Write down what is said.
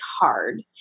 hard